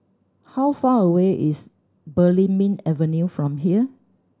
how far away is Belimbing Avenue from here